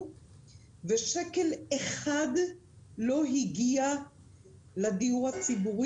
המכירה ושקל אחד לא הגיע לדיור הציבור.